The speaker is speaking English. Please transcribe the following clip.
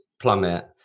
plummet